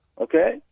Okay